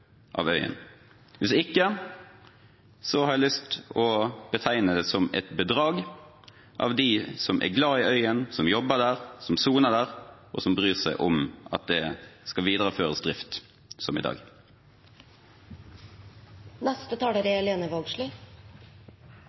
av øyen. Hvis ikke har jeg lyst til å betegne det som et bedrag overfor dem som er glad i øyen, som jobber der, som soner der, og som bryr seg om at det skal videreføres drift som i dag.